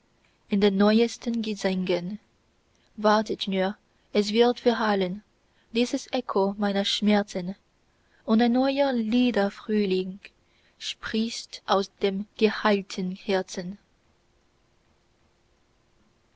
in den neuesten gesängen wartet nur es wird verhallen dieses echo meiner schmerzen und ein neuer liederfrühling sprießt aus dem geheilten herzen